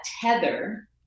tether